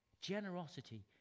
Generosity